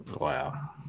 Wow